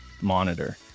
monitor